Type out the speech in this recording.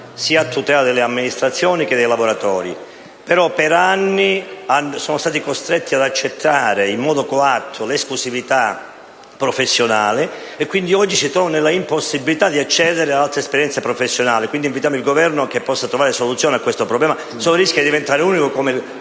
a tutela sia delle amministrazioni che dei lavoratori. Tuttavia, per anni sono stati costretti ad accettare in modo coatto l'esclusività professionale, e quindi - oggi si trovano nell'impossibilità di accedere ad altre esperienze professionali. Quindi, invitiamo il Governo a trovare soluzione a questo problema, che altrimenti rischia di diventare unico come